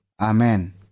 Amen